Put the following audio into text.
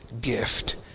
gift